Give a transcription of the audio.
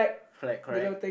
correct correct